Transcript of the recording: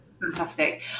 Fantastic